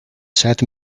set